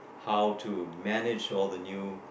how to manage all the new